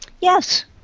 Yes